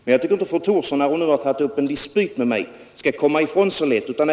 Men jag tycker inte att fru Thorsson, när hon nu har tagit upp en dispyt med mig, skall komma ifrån så lätt.